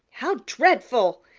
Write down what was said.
how dreadful!